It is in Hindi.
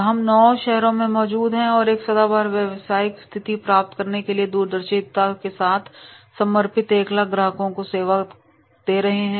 हम 9 शहरों में मौजूद हैं और एक सदाबहार व्यवसायिक स्थिति प्राप्त करने के लिए दूरदर्शिता के साथ समर्पित रूप से 100000 ग्राहकों की सेवा कर रहे हैं